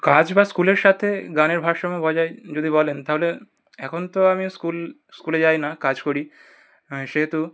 কাজ বা স্কুলের সাথে গানের ভারসাম্য বজায় যদি বলেন তাহলে এখন তো আমি স্কুল স্কুলে যাই না কাজ করি সেহেতু